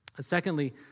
Secondly